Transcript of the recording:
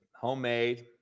Homemade